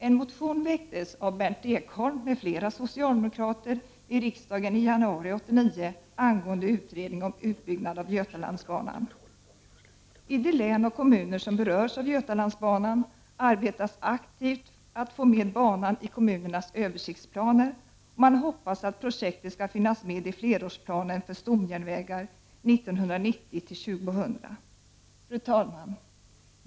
En motion väcktes av Berndt Ekholm m.fl. socialdemokrater i januari 1989 i riksdagen angående utredning om utbyggnad av Götalandsbanan. I de län och kommuner som berörs av Götalandsbanan arbetas aktivt att få med banan i kommunernas översiktsplaner, och man hoppas att projektet skall finnas med i flerårsplanen för stomjärnvägar 1991-2000. Fru talman!